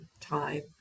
time